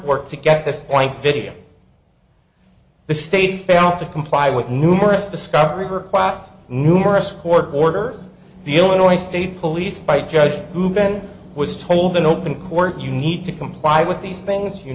work to get this point video the state failed to comply with numerous discovery her class numerous court orders the illinois state police by judge who ben was told in open court you need to comply with these things you